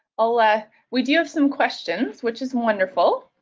ah like we do have some questions which is wonderful